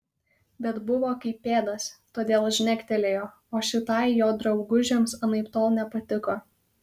bet buvo kaip pėdas todėl žnektelėjo o šitai jo draugužiams anaiptol nepatiko